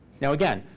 now again,